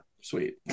sweet